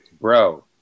Bro